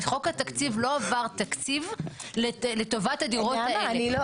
בחוק התקציב לא עבר תקציב לטובת הדירות האלה.